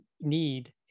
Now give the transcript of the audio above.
need